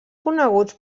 coneguts